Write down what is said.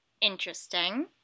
interesting